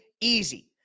easy